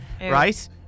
right